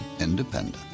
independent